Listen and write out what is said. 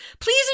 please